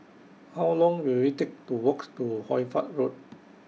How Long Will IT Take to Walks to Hoy Fatt Road